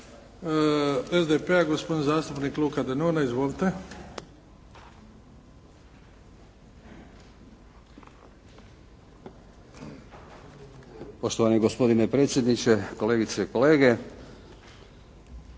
SDP-a, gospodin zastupnik Luka Denona. Izvolite. **Denona, Luka (SDP)** Poštovani gospodine predsjedniče, kolegice i kolege.